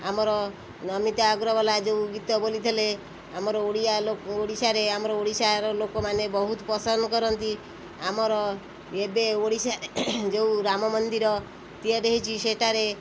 ଆମର ନମିତା ଅଗ୍ରୱାଲା ଯେଉଁ ଗୀତ ବୋଲି ଥିଲେ ଆମର ଓଡ଼ିଆ ଓଡ଼ିଶାରେ ଆମର ଓଡ଼ିଶାର ଲୋକମାନେ ବହୁତ ପସନ୍ଦ କରନ୍ତି ଆମର ଏବେ ଓଡ଼ିଶାରେ ଯେଉଁ ରାମ ମନ୍ଦିର ତିଆରି ହେଇଛି ସେଇଟାରେ